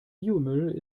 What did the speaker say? biomüll